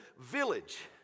village